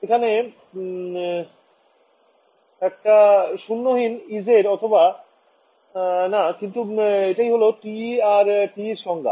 এখানে একটা শূন্য হীন Ez অথবা না কিন্তু এটাই হল TM আর TE এর সংজ্ঞা